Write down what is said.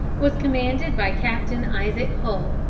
was commanded by captain isaac hull.